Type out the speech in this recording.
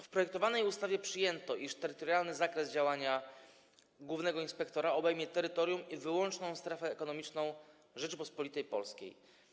W projektowanej ustawie przyjęto, iż terytorialny zakres działania głównego inspektora obejmie terytorium i wyłączną strefę ekonomiczną Rzeczypospolitej Polskiej.